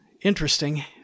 interesting